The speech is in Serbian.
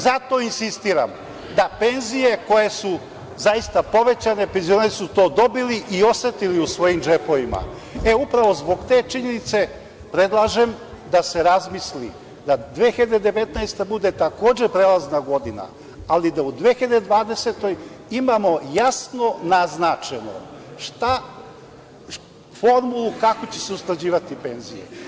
Zato insistiram da penzije koje su zaista povećane, penzioneri su to dobili i osetili u svojim džepovima i upravo zbog te činjenice predlažem da se razmisli da 2019. bude takođe prelazna godina, ali da u 2020. imamo jasno naznačeno formulu kako će se usklađivati penzije.